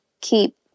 keep